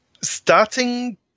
starting